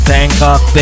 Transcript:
Bangkok